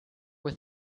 with